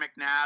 McNabb